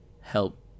help